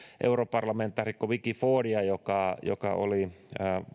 europarlamentaarikko vicky fordia joka joka oli